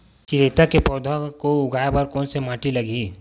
चिरैता के पौधा को उगाए बर कोन से माटी लगही?